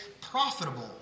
profitable